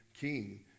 king